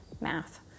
math